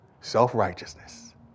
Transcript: Self-righteousness